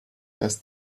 dass